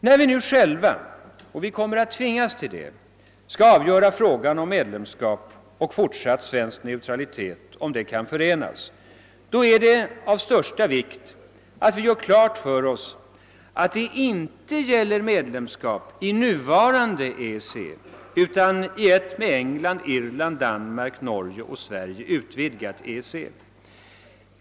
När vi nu själva — och vi kommer att tvingas till det — skall avgöra frågan om huruvida medlemskap och fortsatt svensk neutralitet kan förenas, är det av största vikt att vi gör klart för oss, att det inte gäller medlemskap i nuvarande EEC utan i ett med England, Irland, Danmark och Norge utvidgat EEC.